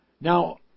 Now